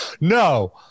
no